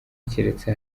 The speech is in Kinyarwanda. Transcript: keretse